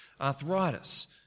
arthritis